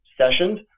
sessions